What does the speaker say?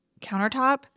countertop